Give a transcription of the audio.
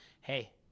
hey